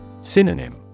Synonym